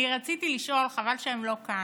אני רציתי לשאול, חבל שהם לא כאן: